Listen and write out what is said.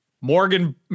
Morgan